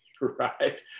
right